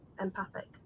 empathic